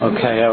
Okay